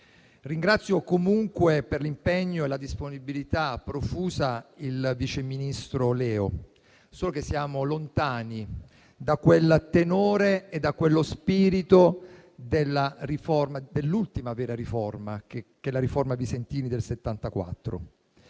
Ringrazio comunque per l'impegno e la disponibilità profusa il vice ministro Leo. So che siamo lontani da quel tenore e da quello spirito dell'ultima vera riforma, la riforma Visentini del 1974.